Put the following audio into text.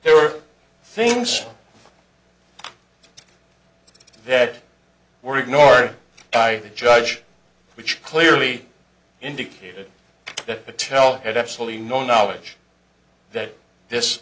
are things that were ignored by the judge which clearly indicated that patel had absolutely no knowledge that this